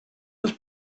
his